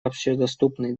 общедоступный